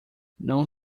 não